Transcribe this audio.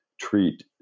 treat